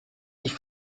ich